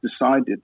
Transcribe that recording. decided